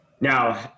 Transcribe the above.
Now